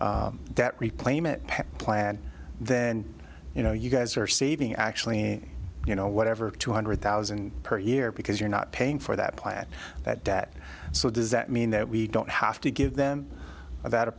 that replay mitt plan then you know you guys are saving actually you know whatever two hundred thousand per year because you're not paying for that plan that debt so does that mean that we don't have to give them that